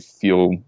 feel